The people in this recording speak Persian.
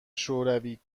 شوری